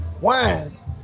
Wines